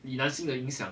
李南星的影响